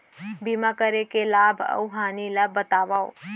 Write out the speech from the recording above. बीमा करे के लाभ अऊ हानि ला बतावव